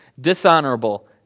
dishonorable